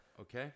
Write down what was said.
okay